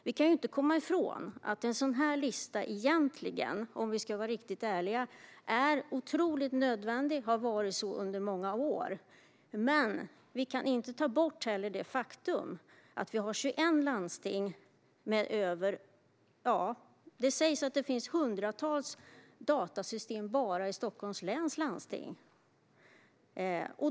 Vi kan inte komma ifrån att en sådan här lista egentligen, om vi ska vara riktigt ärliga, är otroligt nödvändig och har varit det i många år. Men vi kan inte heller ta bort det faktum att vi har 21 landsting. Det sägs att det finns hundratals datasystem bara i Stockholms läns landsting.